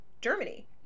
Germany